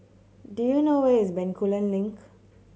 do you know where is Bencoolen Link